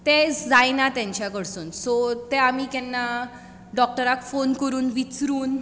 ते जायना तांच्या कडसून सो तें आमी केन्ना डॉक्टराक फोन करून विचारून